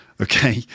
Okay